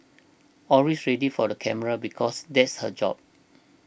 always ready for the camera because that's her job